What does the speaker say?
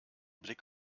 blick